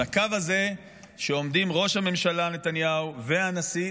הקו הזה שעומדים עליו ראש הממשלה נתניהו והנשיא,